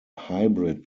hybrid